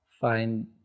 Find